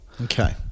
Okay